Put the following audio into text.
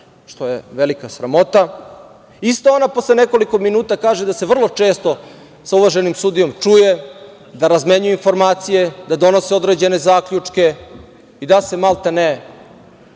što je velika sramota. Ista ona posle nekoliko minuta kaže da se vrlo često sa uvaženim sudijom čuje, da razmenjuju informacije, da donose određene zaključke i da se maltene